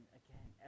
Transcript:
again